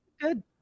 good